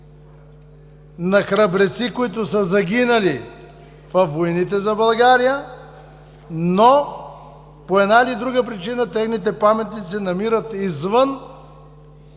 на храбреци, които са загинали във войните за България, но по една или друга причина техните паметници се намират извън